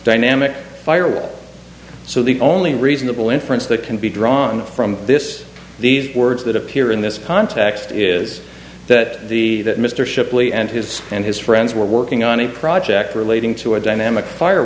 dynamic viral so the only reasonable inference that can be drawn from this these words that appear in this context is that the that mr shipley and his and his friends were working on a project relating to a dynamic fire